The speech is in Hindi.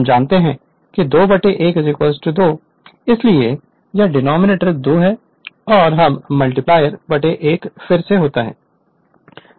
हम जानते हैं 2 a 2 इसलिए यह डिनॉमिनेटर2 को हर मल्टीप्लाई a फिर से होता है